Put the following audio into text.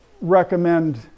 recommend